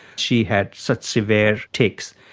she had such severe tics,